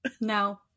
No